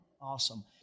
Awesome